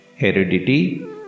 Heredity